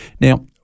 Now